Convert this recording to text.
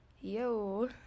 Yo